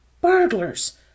Burglars